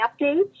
updates